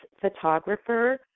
photographer